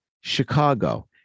Chicago